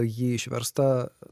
ji išversta